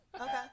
Okay